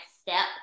step